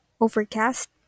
Overcast